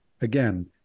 again